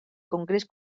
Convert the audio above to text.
congrés